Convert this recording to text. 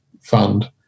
fund